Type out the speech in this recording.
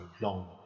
long